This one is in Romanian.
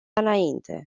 înainte